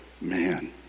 man